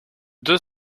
deux